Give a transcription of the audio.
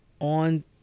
on